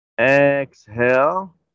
Exhale